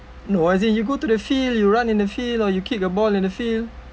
no as in you go to the field you run in the field or you kick a ball in the field